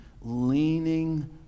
leaning